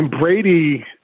Brady